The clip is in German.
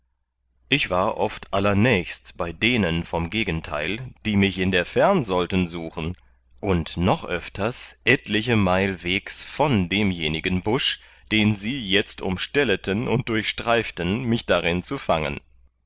ich war oft allernächst bei denen vom gegenteil die mich in der fern sollten suchen und noch öfters etliche meil wegs von demjenigen busch den sie jetzt umstelleten und durchstreiften mich darin zu fangen